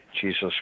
Jesus